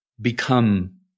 become